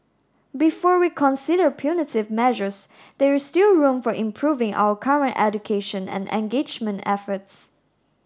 before we consider punitive measures there is still room for improving our current education and engagement efforts